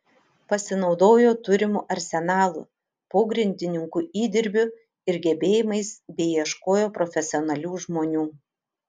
pasinaudojo turimu arsenalu pogrindininkų įdirbiu ir gebėjimais bei ieškojo profesionalių žmonių